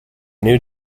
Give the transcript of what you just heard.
new